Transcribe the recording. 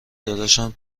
داداشم